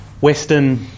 Western